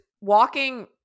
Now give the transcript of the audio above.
walking